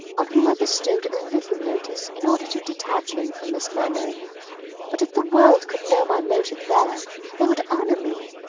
on whom i bestowed a little notice, in order to detach him from miss mainwaring but, if the world could know my motive there they would honour me.